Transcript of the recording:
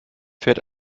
fährt